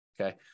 okay